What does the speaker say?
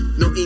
no